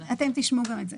אתם תשמעו גם את זה.